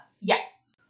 Yes